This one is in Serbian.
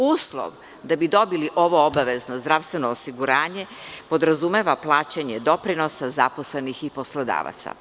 Uslov da bi dobili ovo obavezno zdravstveno osiguranje podrazumeva plaćanje doprinosa zaposlenih i poslodavaca.